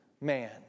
man